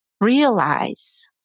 realize